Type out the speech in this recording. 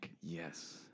Yes